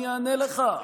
אני אענה לך.